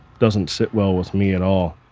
doesn't sit well with me at all